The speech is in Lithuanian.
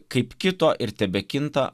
kaip kito ir tebekinta